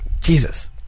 Jesus